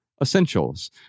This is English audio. essentials